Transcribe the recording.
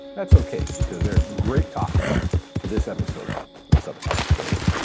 that's ok because they are great topics for this episode of subatomic stories